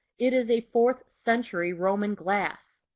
it is a fourth century roman glass.